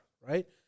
right